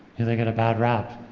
they get a bad rap.